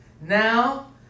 Now